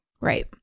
right